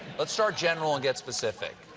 let's start general and get specific.